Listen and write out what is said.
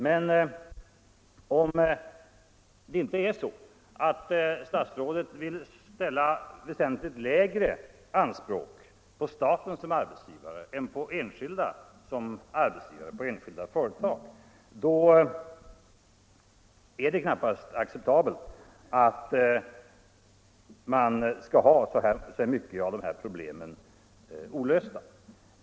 Men om det inte är så att statsrådet vill ställa väsentligt lägre anspråk på staten som arbetsgivare än på enskilda företag är det knappast acceptabelt att man har så många av dessa problem olösta.